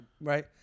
right